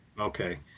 Okay